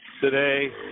Today